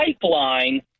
pipeline